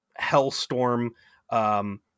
hellstorm